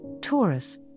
Taurus